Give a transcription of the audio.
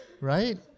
right